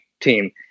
team